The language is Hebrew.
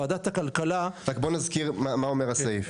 שוועדת הכלכלה --- בוא נזכיר מה אומר הסעיף.